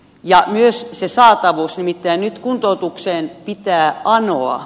ja jos se saa avusti mikä nyt kuntoutukseen pitää anoa